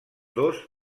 dos